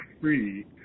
free